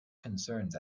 concerns